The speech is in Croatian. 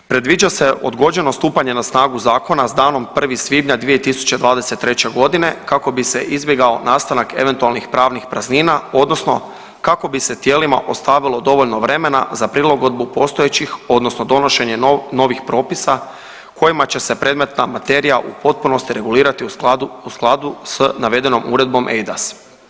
Predviđa se odgođeno stupanje na snagu zakona s danom 1. svibnja 2023.g. kako bi se izbjegao nastanak eventualnih pravnih praznina odnosno kako bi se tijelima ostavilo dovoljno vremena za prilagodbu postojećih odnosno donošenje novih propisa kojima će se predmetna materija u potpunosti regulirati u skladu s navedenom uredbom eIDAS.